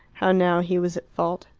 how now he was at fault,